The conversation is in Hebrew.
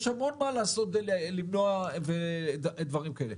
יש המון מה לעשות כדי למנוע דברים כאלה.